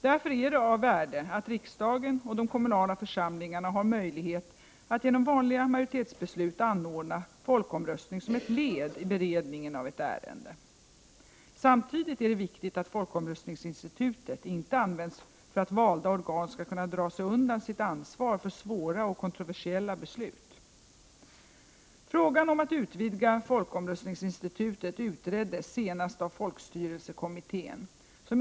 Därför är det av värde att riksdagen och de kommunala församlingarna har möjlighet att — genom vanliga majoritetsbeslut — anordna folkomröstning som ett led i beredningen av ett ärende. Samtidigt är det viktigt att folkomröstningsinstitutet inte används för att valda organ skall kunna dra sig undan sitt ansvar för svåra.och kontroversiella beslut.